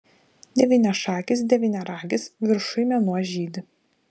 devyniašakis devyniaragis viršuj mėnuo žydi